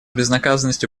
безнаказанностью